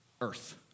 earth